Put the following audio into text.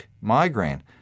migraine